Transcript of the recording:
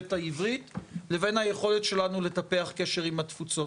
העברית לבין היכולת שלנו לטפח קשר עם התפוצות.